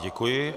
Děkuji.